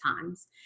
times